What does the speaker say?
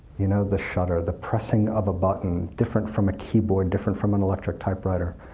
you know the shutter, the pressing of a button, different from a keyboard, different from and electric typewriter.